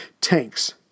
tanks